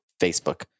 Facebook